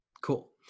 Cool